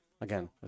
again